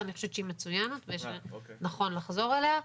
ואני חושבת שהיא מצוינת ונכון לחזור עליה.